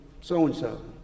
so-and-so